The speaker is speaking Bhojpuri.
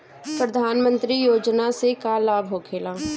प्रधानमंत्री योजना से का लाभ होखेला?